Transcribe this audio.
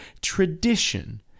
tradition